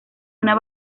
una